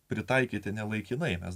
pritaikyti nelaikinai mes